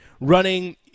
running